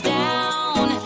down